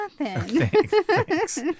Thanks